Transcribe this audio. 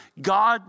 God